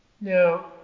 Now